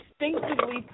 instinctively